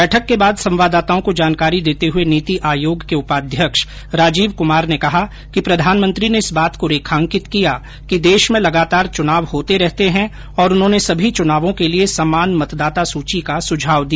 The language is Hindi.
बैठक के बाद संवाददाताओं को जानकारी देते हुए नीति आयोग के उपाध्यक्ष राजीव कुमार ने कहा कि प्रधानमंत्री ने इस बात को रेखांकित ैकिया कि देश में लगातार चुनाव होते रहते हैं और उन्होंने सभी चुनावों के लिए समान मतदाता सूची का सुझाव दिया